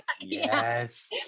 Yes